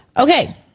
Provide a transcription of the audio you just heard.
Okay